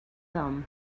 thumb